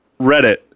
Reddit